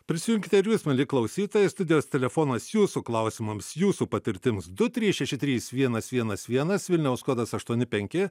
prisijunkite ir jūs mieli klausytojai studijos telefonas jūsų klausimams jūsų patirtims du tyrs šeši trys vienas vienas vienas vilniaus kodas aštuoni penki